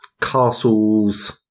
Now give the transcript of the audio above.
castles